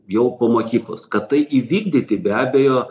jau po mokyklos kad tai įvykdyti be abejo